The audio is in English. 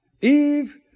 Eve